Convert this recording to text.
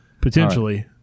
potentially